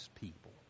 people